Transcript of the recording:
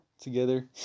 together